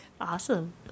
Awesome